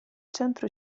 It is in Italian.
centro